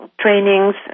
trainings